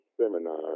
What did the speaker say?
seminar